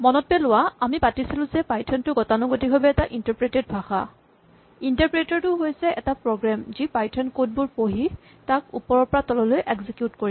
মনত পেলোৱা আমি পাতিছিলো যে পাইথন টো গতানুগতিকভাৱে এটা ইন্টাৰপ্ৰেটেড ভাষা ইন্টাৰপ্ৰেটাৰ টো হৈছে এটা প্ৰগ্ৰেম যি পাইথন কড বোৰ পঢ়ি তাক ওপৰৰ পৰা তললৈ এক্সিকিউট কৰিব